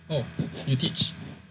oh you teach